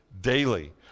daily